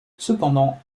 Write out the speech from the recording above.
cependant